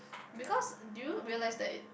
because do you realise that it